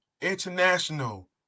International